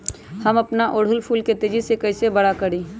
हम अपना ओरहूल फूल के तेजी से कई से बड़ा करी?